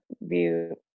view